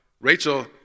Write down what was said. Rachel